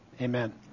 amen